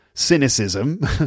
cynicism